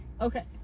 Okay